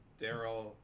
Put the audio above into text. Daryl